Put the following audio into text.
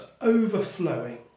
overflowing